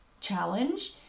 challenge